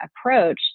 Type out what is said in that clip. approach